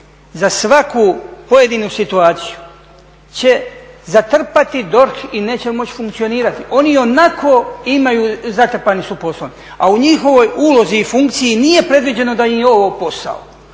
za svaku pojedinu situaciju će zatrpati DORH i neće moći funkcionirati. Oni ionako imaju, zatrpani su poslom, a u njihovoj ulozi i funkciji nije predviđeno da im je ovo posao,